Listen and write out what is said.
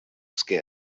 skin